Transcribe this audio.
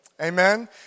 Amen